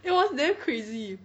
it was damn crazy